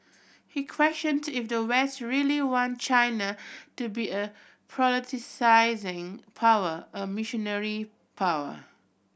he questioned if the West really want China to be a power a missionary power